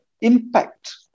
impact